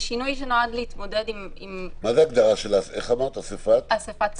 מה זה אסיפת סוג?